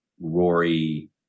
Rory